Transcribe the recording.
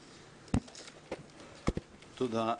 תודה.